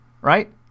Right